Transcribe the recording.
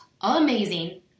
amazing